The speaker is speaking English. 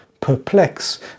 perplex